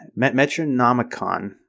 Metronomicon